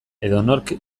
edonork